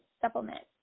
supplement